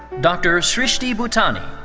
dr. shristi bhutani.